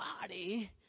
body